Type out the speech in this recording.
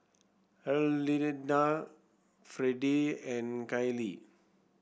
Herlinda Freddie and Caylee